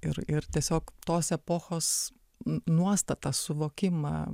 ir ir tiesiog tos epochos nuostatas suvokimą